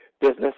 business